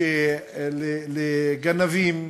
לגנבים,